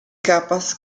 capas